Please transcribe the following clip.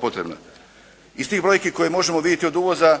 potrebna. Iz tih brojki koje možemo vidjeti od uvoza,